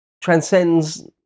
transcends